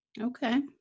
Okay